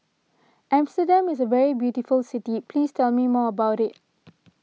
Amsterdam is a very beautiful city please tell me more about it